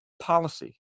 policy